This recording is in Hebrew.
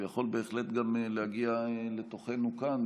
הוא יכול בהחלט גם להגיע לתוכנו כאן,